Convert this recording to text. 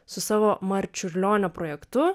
su savo marčiurlionio projektu